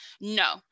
No